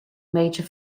major